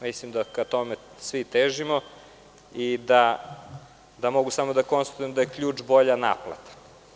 Mislim da ka tome svi težimo i da mogu samo da konstatujem da je ključ uspeha bolja naplata.